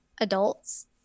adults